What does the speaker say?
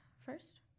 first